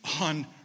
on